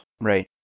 Right